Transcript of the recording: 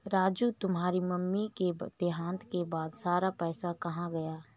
राजू तुम्हारे मम्मी के देहांत के बाद सारा पैसा कहां गया?